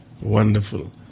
Wonderful